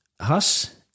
Hus